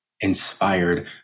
inspired